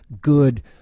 good